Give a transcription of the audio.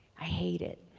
i hate it.